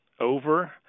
over